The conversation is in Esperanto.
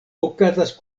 okazas